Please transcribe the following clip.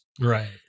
Right